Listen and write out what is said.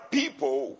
people